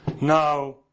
Now